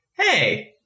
Hey